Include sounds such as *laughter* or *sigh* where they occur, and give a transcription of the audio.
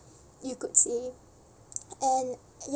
you could say *noise* and